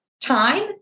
time